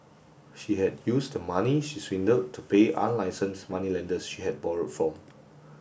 she had used the money she swindled to pay unlicensed moneylenders she had borrowed from